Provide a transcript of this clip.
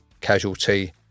casualty